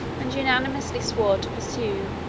and unanimously swore to pursue,